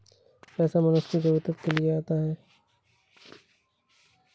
पैसा मनुष्य की जरूरत के लिए आता है